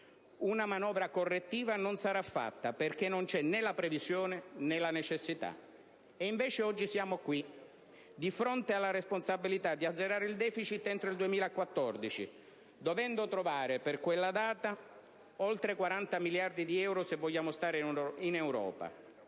una manovra correttiva perché non c'è né la previsione né la necessità». E invece oggi siamo qui, di fronte alla responsabilità di azzerare il *deficit* entro il 2014, e di dover trovare per quella data oltre 40 miliardi di euro, se vogliamo stare in Europa,